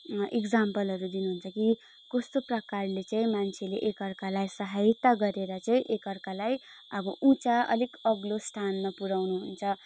इक्जाम्पलहरू दिनुहुन्छ कि कस्तो प्रकारले चाहिँ मान्छेले एक अर्कालाई सहायता गरेर चाहिँ एक अर्कालाई अब उच्च अलिक अग्लो स्थानमा पुऱ्याउनु हुन्छ